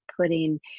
putting